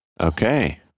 Okay